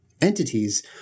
entities